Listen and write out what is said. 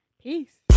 Peace